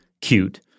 cute –